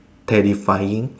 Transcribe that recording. terrifying